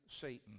Satan